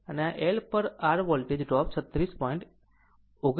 આ L પર r voltage drop 39